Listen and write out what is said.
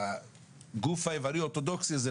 הגוף היווני האורתודוקסי הזה,